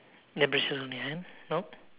on your hand nope